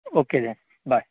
okay then bye